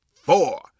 four